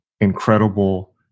incredible